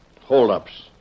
Hold-ups